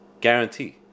guarantee